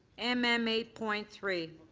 m m eight point three,